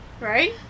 Right